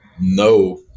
no